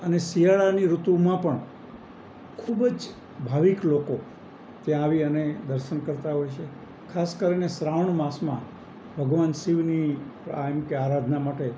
અને શિયાળાની ઋતુમાં પણ ખૂબ જ ભાવિક લોકો ત્યાં આવી અને દર્શન કરતાં હોય છે ખાસ કરીને શ્રાવણ માસમાં ભગવાન શિવની એમ કે આરાધના માટે